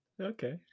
Okay